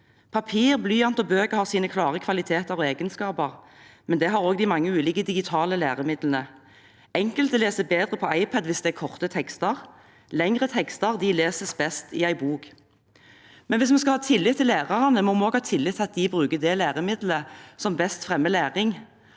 Papir, blyant og bøker har sine klare kvaliteter og egenskaper, men det har også de mange ulike digitale læremidlene. Enkelte leser bedre på iPad hvis det er korte tekster. Lengre tekster leses best i en bok. Hvis vi skal ha tillit til lærerne, må vi også ha tillit til at de bruker det læremiddelet som best fremmer læring.